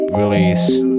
release